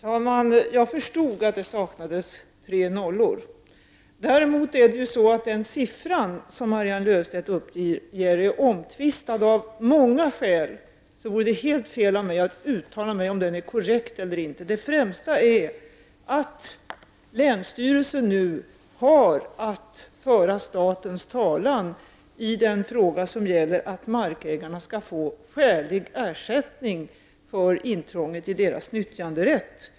Herr talman! Jag förstod att det saknades tre nollor. Däremot är den siffra som Marianne Löfstedt uppger omtvistad. Av många skäl vore det helt fel av mig att uttala mig om huruvida den är korrekt eller inte. Det viktiga är att länsstyrelsen nu har att föra statens talan när det gäller att markägarna skall få skälig ersättning för intrånget i deras nyttjanderätt.